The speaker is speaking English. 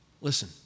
Listen